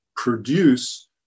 produce